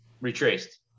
retraced